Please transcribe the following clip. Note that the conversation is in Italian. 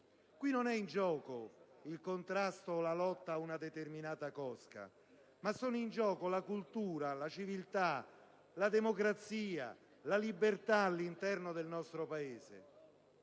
Qui non è in gioco il contrasto o la lotta a una determinata cosca, ma sono in gioco la cultura, la civiltà, la democrazia e la libertà all'interno del nostro Paese.